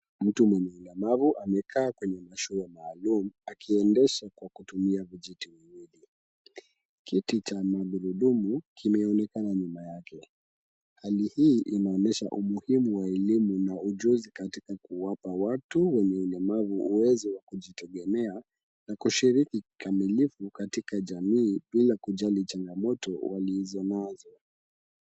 Mtu mwenye ulemavu amekaa kwenye mashua maalum akiendesha kwa kutumia vijiti viwili. Kiti cha magurudumu kimeonekana nyuma yake. Hali hii inaonyesha umuhimu wa elimu na ujuzi katika kuwapa watu wenye ulemavu uwezo wa kujitegemea na kushiriki kikamilifu katika jamii bila kujali changamoto walizo nazo.